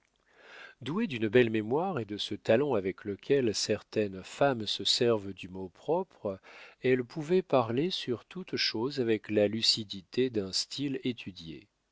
douée d'une belle mémoire et de ce talent avec lequel certaines femmes se servent du mot propre elle pouvait parler sur toute chose avec la lucidité d'un style étudié